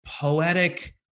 poetic